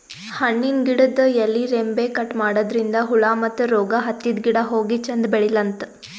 ಹಣ್ಣಿನ್ ಗಿಡದ್ ಎಲಿ ರೆಂಬೆ ಕಟ್ ಮಾಡದ್ರಿನ್ದ ಹುಳ ಮತ್ತ್ ರೋಗ್ ಹತ್ತಿದ್ ಗಿಡ ಹೋಗಿ ಚಂದ್ ಬೆಳಿಲಂತ್